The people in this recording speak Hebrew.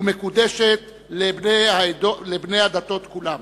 ומקודשת לבני הדתות כולן.